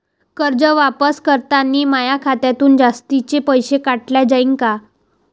कर्ज वापस करतांनी माया खात्यातून जास्तीचे पैसे काटल्या जाईन का?